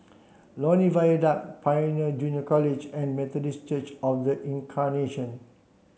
Lornie Viaduct Pioneer Junior College and Methodist Church Of The Incarnation